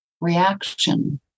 Reaction